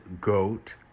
Goat